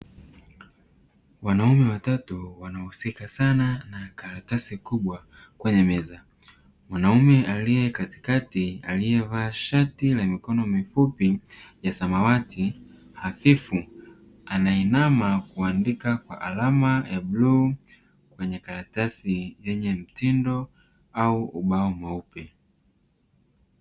Wanaume watatu wanahusika sana na karatasi kubwa kwenye meza, mwanaume aliye katikati aliyevaa shati la mikono mifupi ya samawati hafifu, anainama kuandika kwa alama ya bluu kwenye karatasi yenye mtindo au ubao mweupe.